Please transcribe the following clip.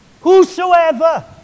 Whosoever